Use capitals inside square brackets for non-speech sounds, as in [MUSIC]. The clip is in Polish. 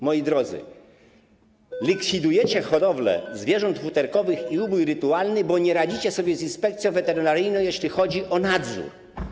Moi drodzy, likwidujecie hodowlę [NOISE] zwierząt futerkowych i ubój rytualny, bo nie radzicie sobie z inspekcją weterynaryjną, jeśli chodzi o nadzór.